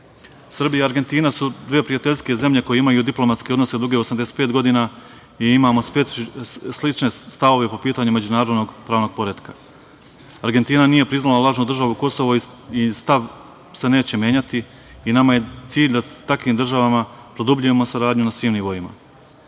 zemlji. Srbija i Argentina su dve prijateljske zemlje koje imaju diplomatske odnose duge 85 godina i imamo slične stavove po pitanju međunarodnog pravnog poretka. Argentina nije priznala lažnu državu „Kosovo“ i stav se neće menjati i nama je cilj da sa takvim državama produbljujemo saradnju na svim nivoima.